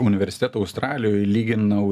universitetą australijoj lyginau